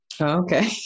okay